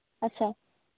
ᱟᱪᱪᱷᱟ